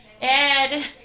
Ed